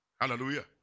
Hallelujah